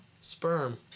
sperm